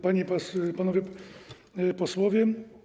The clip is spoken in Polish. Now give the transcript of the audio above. Panie i Panowie Posłowie!